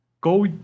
go